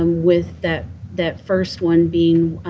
um with that that first one being